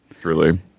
Truly